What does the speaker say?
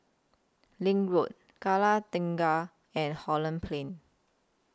LINK Road Kallang Tengah and Holland Plain